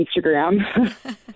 Instagram